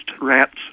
rats